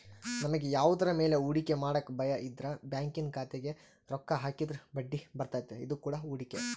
ನಮಗೆ ಯಾವುದರ ಮೇಲೆ ಹೂಡಿಕೆ ಮಾಡಕ ಭಯಯಿದ್ರ ಬ್ಯಾಂಕಿನ ಖಾತೆಗೆ ರೊಕ್ಕ ಹಾಕಿದ್ರ ಬಡ್ಡಿಬರ್ತತೆ, ಇದು ಕೂಡ ಹೂಡಿಕೆ